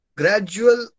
gradual